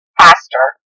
pastor